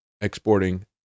exporting